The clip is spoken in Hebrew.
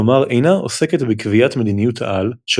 כלומר אינה עוסקת בקביעת מדיניות-העל של